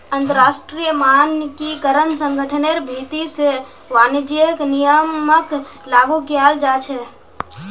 अंतरराष्ट्रीय मानकीकरण संगठनेर भीति से वाणिज्यिक नियमक लागू कियाल जा छे